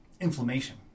inflammation